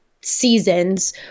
seasons